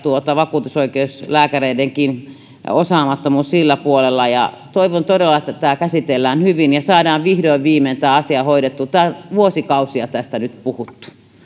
vakuutuslääkäreidenkin osaamattomuus sillä puolella toivon todella että tämä käsitellään hyvin ja saadaan vihdoin viimein tämä asia hoidettua tästä on vuosikausia nyt puhuttu